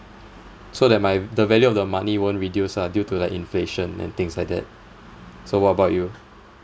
so that my the value of the money won't reduce ah due to the inflation and things like that so what about you